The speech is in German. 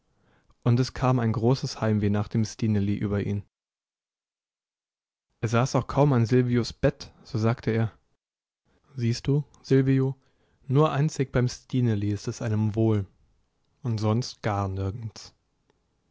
und es kam ein großes heimweh nach dem stineli über ihn er saß auch kaum an silvios bett so sagte er siehst du silvio nur einzig beim stineli ist es einem wohl und sonst gar nirgends